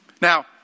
Now